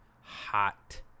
hot